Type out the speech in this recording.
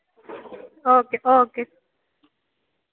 okay okay